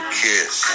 kiss